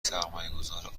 سرمایهگذار